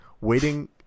waiting